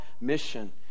mission